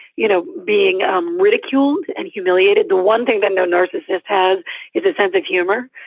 you know, being um ridiculed and humiliated. the one thing that no narcissist has is a sense of humor.